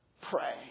Pray